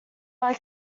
like